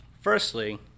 Firstly